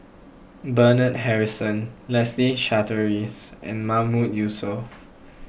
Bernard Harrison Leslie Charteris and Mahmood Yusof